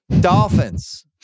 Dolphins